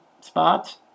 spots